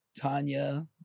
Tanya